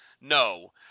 no